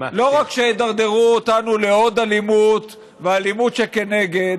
לא רק שידרדרו אותנו לעוד אלימות ואלימות שכנגד,